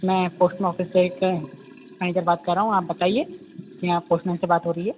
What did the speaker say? मैं post office से एक मैनेजर बात कर रहा हूँ आप बताइए जी हाँ पोस्टमैन से बात हो रही है